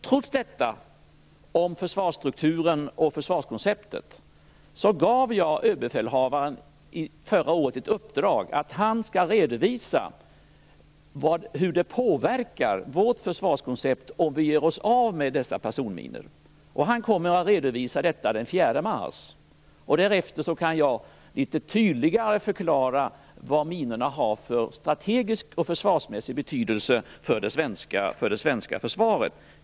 Trots detta, om försvarsstrukturen och försvarskonceptet, gav jag förra året överbefälhavaren i uppdrag att redovisa hur det påverkar vårt försvarskoncept om vi gör oss av med dessa personminor. Han kommer att redovisa detta den 4 mars. Därefter kan jag litet tydligare förklara vad minorna har för strategisk och försvarsmässig betydelse för det svenska försvaret.